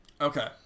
okay